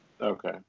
Okay